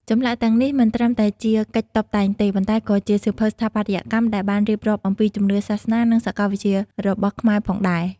ចម្លាក់ទាំងនេះមិនត្រឹមតែជាកិច្ចតុបតែងទេ ប៉ុន្តែក៏ជាសៀវភៅស្ថាបត្យកម្មដែលបានរៀបរាប់អំពីជំនឿសាសនានិងសកលវិទ្យារបស់ខ្មែរផងដែរ។